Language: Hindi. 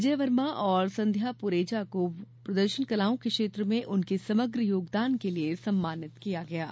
विजय वर्मा और संध्या पुरेचा को प्रदर्शन कलाओं के क्षेत्र में उनके समग्र योगदान के लिए सम्मानित किया गया है